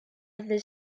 ddydd